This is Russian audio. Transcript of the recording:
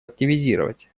активизировать